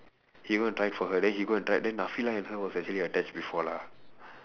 he go and tried for her then he go and try then and her was actually attached before lah